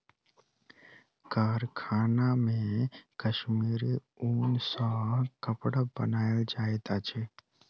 कारखाना मे कश्मीरी ऊन सॅ कपड़ा बनायल जाइत अछि